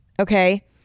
okay